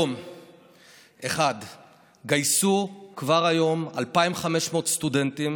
1. גייסו כבר היום 2,500 סטודנטים,